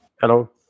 Hello